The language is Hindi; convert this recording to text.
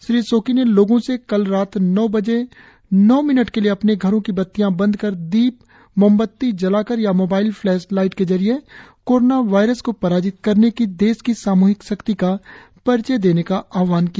श्री सोकी ने लोगों से कल रात नौ बजे नौ मिनट के लिए अपने घरों की बत्तियां बंद कर दीप मोमबत्ती जलाकर या मोबाइल फ्लैश लाइट के जरिए कोरोना वायरस को पराजित करने की देश की सामूहिक शक्ति का परिचय देने का आहवान किया